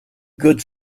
good